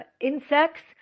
insects